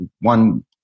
one